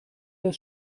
das